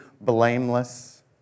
blameless